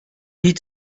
need